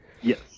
Yes